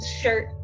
shirt